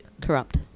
Corrupt